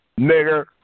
Nigger